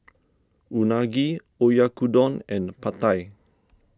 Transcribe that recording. Unagi Oyakodon and Pad Thai